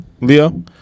Leo